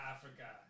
Africa